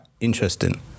interesting